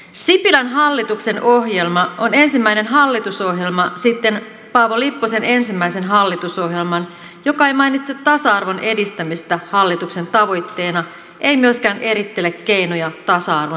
sipilän hallituksen ohjelma on ensimmäinen hallitusohjelma sitten paavo lipposen ensimmäisen hallitusohjelman joka ei mainitse tasa arvon edistämistä hallituksen tavoitteena ei myöskään erittele keinoja tasa arvon saavuttamiseksi